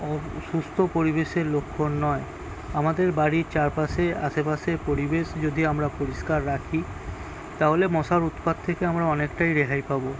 ও সুস্থ পরিবেশের লক্ষণ নয় আমাদের বাড়ির চারপাশে আশেপাশে পরিবেশ যদি আমরা পরিষ্কার রাখি তাহলে মশার উৎপাত থেকে আমরা অনেকটাই রেহাই পাব